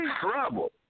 trouble